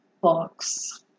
books